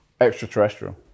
extraterrestrial